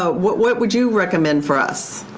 ah what what would you recommend for us?